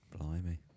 blimey